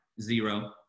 Zero